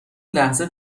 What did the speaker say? لحظه